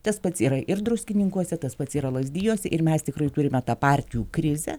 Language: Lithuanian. tas pats yra ir druskininkuose tas pats yra lazdijuose ir mes tikrai turime tą partijų krizę